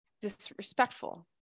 disrespectful